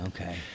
Okay